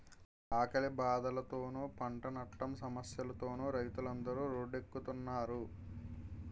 ఆకలి బాధలతోనూ, పంటనట్టం సమస్యలతోనూ రైతులందరు రోడ్డెక్కుస్తున్నారు